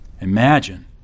Imagine